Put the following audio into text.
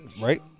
right